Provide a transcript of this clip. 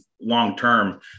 long-term